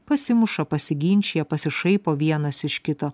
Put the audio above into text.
pasimuša pasiginčija pasišaipo vienas iš kito